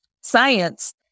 science